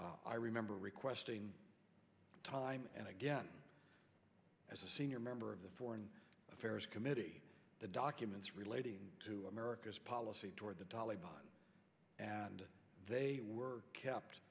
i remember requesting time and again as a senior member of the foreign affairs committee the documents relating to america's policy toward the dollar and they were kept